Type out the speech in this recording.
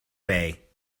bay